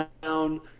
down